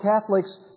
Catholics